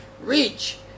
reach